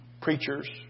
preachers